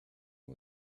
and